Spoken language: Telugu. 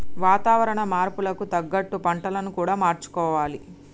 వాతావరణ మార్పులకు తగ్గట్టు పంటలను కూడా మార్చుకోవాలి